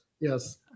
Yes